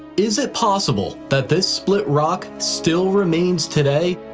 is it possible that this split rock still remains today,